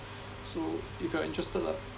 so if you're interested lah